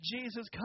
Jesus